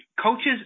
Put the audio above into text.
coaches